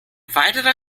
weiterer